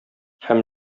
һәм